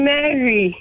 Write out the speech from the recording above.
Mary